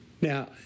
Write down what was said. Now